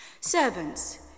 Servants